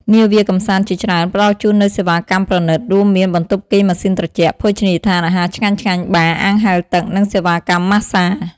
នាវាកម្សាន្តជាច្រើនផ្តល់ជូននូវសេវាកម្មប្រណិត រួមមានបន្ទប់គេងម៉ាស៊ីនត្រជាក់ ភោជនីយដ្ឋានអាហារឆ្ងាញ់ៗ បារ អាងហែលទឹក និងសេវាកម្មម៉ាស្សា។